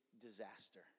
disaster